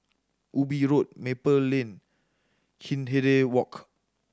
Ubi Road Maple Lane Hindhede Walk